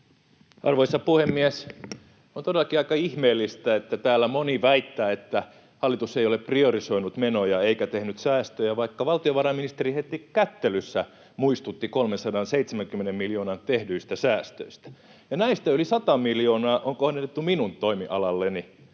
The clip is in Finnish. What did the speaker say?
Arvoisa puhemies! On todellakin aika ihmeellistä, että täällä moni väittää, että hallitus ei ole priorisoinut menoja eikä tehnyt säästöjä, vaikka valtiovarainministeri heti kättelyssä muistutti tehdyistä 370 miljoonan säästöistä. Näistä yli 100 miljoonaa on kohdennettu minun toimialalleni.